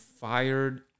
fired